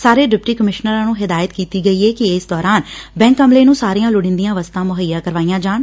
ਸਾਰੇ ਡਿਪਟੀ ਕਮਿਸ਼ਨਰਾਂ ਨੂੰ ਹਿਦਾਇਤ ਕੀਤੀ ਗਈ ਏ ਕਿ ਇਸ ਦੌਰਾਨ ਬੈਂਕ ਅਮਲੇ ਨੰ ਸਾਰੀਆਂ ਲੋਤੀਦੀਆਂ ਵਸਤਾਂ ਮੁਹੱਈਆ ਕਰਵਾਈਆਂ ਜਾਣ